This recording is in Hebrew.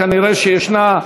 שכנראה ישנה,